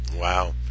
wow